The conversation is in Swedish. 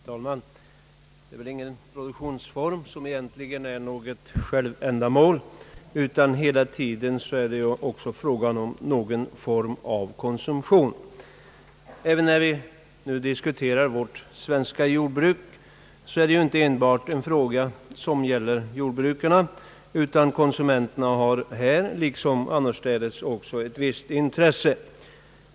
Herr talman! Det är väl ingen produktionsform som egentligen är något självändamål, utan hela tiden är det också fråga om någon form av konsumtion. När vi nu diskuterar vårt svenska jordbruk är det inte enbart en fråga som gäller jordbrukarna, utan konsumenterna har här liksom annorstädes också ett visst intresse.